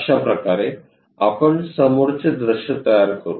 अशाप्रकारे आपण समोरचे दृश्य तयार करू